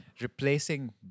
replacing